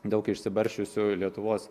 daug išsibarsčiusių lietuvos